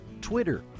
Twitter